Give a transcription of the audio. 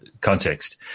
context